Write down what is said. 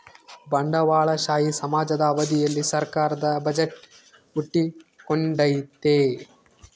ಬಂಡವಾಳಶಾಹಿ ಸಮಾಜದ ಅವಧಿಯಲ್ಲಿ ಸರ್ಕಾರದ ಬಜೆಟ್ ಹುಟ್ಟಿಕೊಂಡೈತೆ